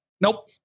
Nope